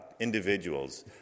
individuals